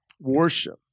worship